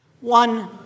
one